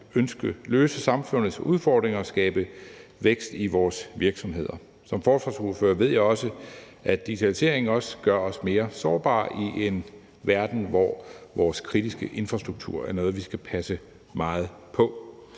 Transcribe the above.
at løse samfundets udfordringer og skabe vækst i vores virksomheder. Som forsvarsordfører ved jeg, at digitaliseringen også gør os mere sårbare i en verden, hvor vores kritiske infrastruktur er noget, vi skal passe meget på.